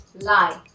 lie